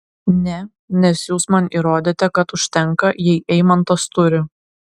ne nes jūs man įrodėte kad užtenka jei eimantas turi